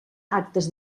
actes